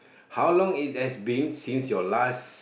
how long it has been since your last